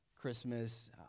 Christmas